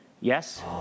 yes